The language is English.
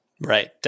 Right